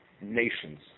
nations